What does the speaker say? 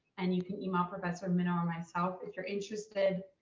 and you can email professor minow or myself if you're interested.